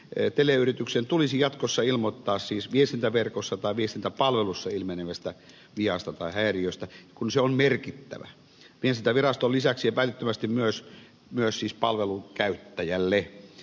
teleyrityksen tulisi jatkossa ilmoittaa siis viestintäverkossa tai viestintäpalvelussa ilmenevästä viasta tai häiriöstä kun se on epäiltävästi merkittävä viestintäviraston lisäksi myös palvelunkäyttäjälle